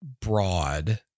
broad